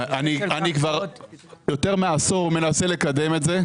אני כבר יותר מעשור מנסה לקדם את זה.